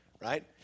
Right